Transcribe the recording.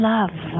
Love